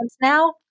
now